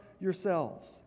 yourselves